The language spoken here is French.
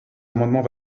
amendement